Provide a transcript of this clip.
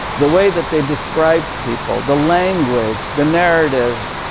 the way that they described people, the language, the narratives,